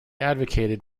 advocated